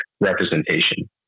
representation